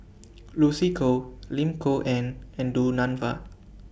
Lucy Koh Lim Kok Ann and Du Nanfa